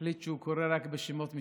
החליט שהוא קורא רק בשמות משפחה.